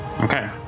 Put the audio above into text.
Okay